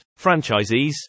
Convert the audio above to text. franchisees